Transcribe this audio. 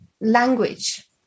language